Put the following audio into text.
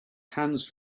hands